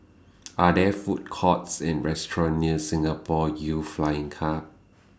Are There Food Courts and restaurants near Singapore Youth Flying Car